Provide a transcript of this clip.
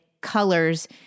colors